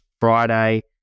Friday